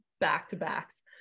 back-to-backs